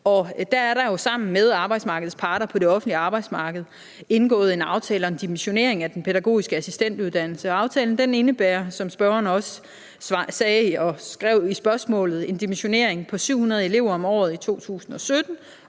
der jo sammen med arbejdsmarkedets parter på det offentlige arbejdsmarked indgået en aftale om en dimensionering af den pædagogiske assistentuddannelse. Aftalen indebærer, som spørgeren også sagde og skrev i spørgsmålet, en dimensionering på 700 elever om året i 2017